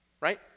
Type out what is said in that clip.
right